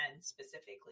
specifically